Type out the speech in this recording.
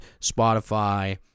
Spotify